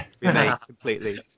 completely